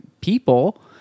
people